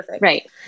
Right